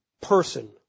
person